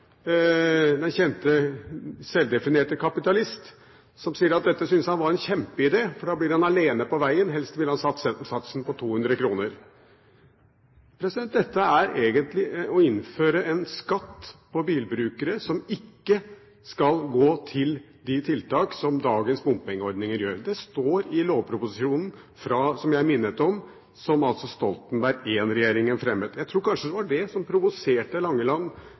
den kjente selvdefinerte kapitalist, som sier at han syns dette er en kjempeidé, for da blir han alene på vegen. Helst ville han satt satsen på 200 kr. Dette er egentlig å innføre en skatt på bilbrukere, som ikke skal gå til de tiltak som dagens bompengeordning gjør. Det står i lovproposisjonen som jeg minnet om, som altså Stoltenberg I-regjeringen fremmet. Jeg tror kanskje det var det som provoserte